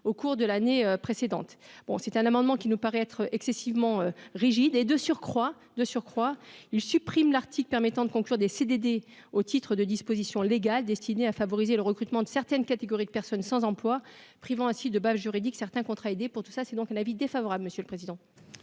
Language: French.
au cours de l'année précédente, bon c'était un amendement qui nous paraît être excessivement rigide et, de surcroît, de surcroît, il supprime l'article permettant de conclure des CDD au titre de dispositions légales destinées à favoriser le recrutement de certaines catégories de personnes sans emploi, privant ainsi de base juridique certains contrats aidés pour tout ça, c'est donc un avis défavorable, monsieur le président.